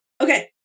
Okay